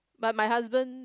but my husband